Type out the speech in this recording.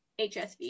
hsv